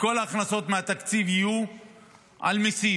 וכל ההכנסות בתקציב יהיו ממיסים: